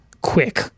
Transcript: quick